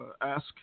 ask